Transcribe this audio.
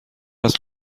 است